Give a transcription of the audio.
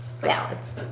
balance